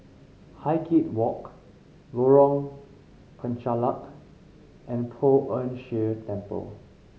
Highgate Walk Lorong Penchalak and Poh Ern Shih Temple